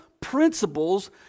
principles